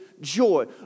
joy